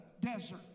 desert